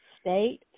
state